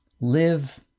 live